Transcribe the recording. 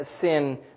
sin